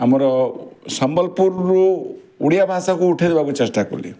ଆମର ସମ୍ବଲପୁରରୁ ଓଡ଼ିଆଭାଷାକୁ ଉଠାଇ ଦେବାକୁ ଚେଷ୍ଟା କଲେ